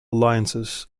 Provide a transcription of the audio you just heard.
alliances